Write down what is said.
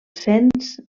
cens